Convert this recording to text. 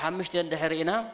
how much did the head of you know